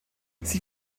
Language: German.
sie